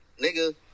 nigga